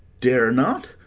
dare not!